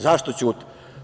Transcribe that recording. Zašto ćute?